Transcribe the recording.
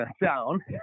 down